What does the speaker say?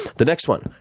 the next one,